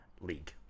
League